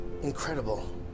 incredible